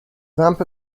vamp